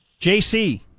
JC